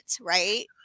right